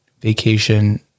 vacation